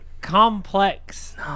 complex